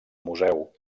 museu